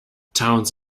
towns